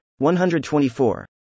124